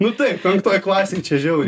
nu taip penktoj klasėj čia žiauriai